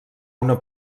una